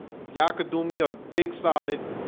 y'all could do me a big solid